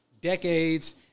decades